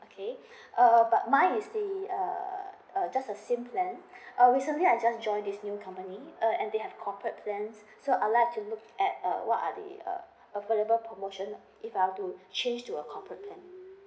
okay but uh mine is the uh uh just a simple plan uh recently I just joined this new company uh and they have corporate plans so I'd like to look at uh what are the um available promotion if I were to change to a corporate plan